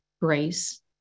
grace